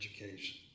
education